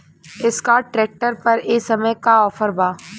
Escort tractor पर ए समय का ऑफ़र बा?